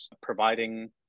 providing